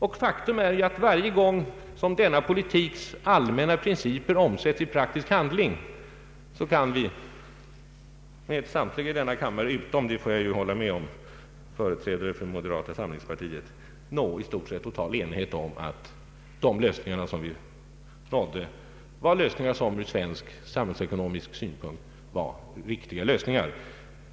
Alla i denna kammare utom företrädare för moderata samlingspartiet vet att det är ett faktum att varje gång som de allmänna principerna i den politiken omsätts i praktisk handling kan vi nå i stort sett total enighet om att de lösningar som vi kommit fram till var riktiga från samhällets synpunkt.